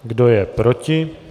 Kdo je proti?